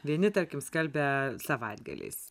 vieni tarkim skalbia savaitgaliais